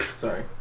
Sorry